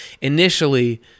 Initially